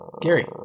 Gary